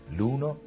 L'uno